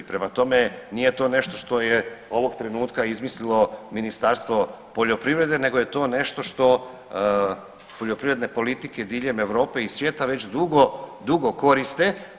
Prema tome nije to nešto što je ovog trenutka izmislilo Ministarstvo poljoprivrede nego je to nešto što poljoprivredne politike diljem Europe i svijeta već dugo, dugo koriste.